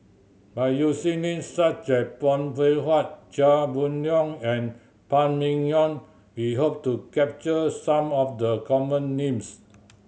by using names such as Phay Seng Whatt Chia Boon Leong and Phan Ming Yen we hope to capture some of the common names